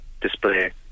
display